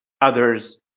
others